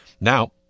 Now